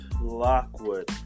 lockwood